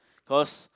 cause